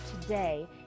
today